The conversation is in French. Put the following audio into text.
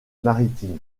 maritimes